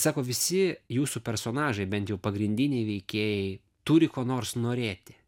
sako visi jūsų personažai bent jau pagrindiniai veikėjai turi ko nors norėti